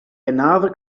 another